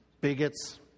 bigots